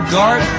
Guard